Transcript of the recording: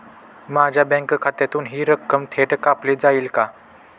माझ्या बँक खात्यातून हि रक्कम थेट कापली जाईल का?